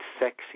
sexy